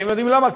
אתם יודעים למה?